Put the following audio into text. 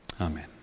Amen